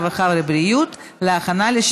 הרווחה והבריאות נתקבלה.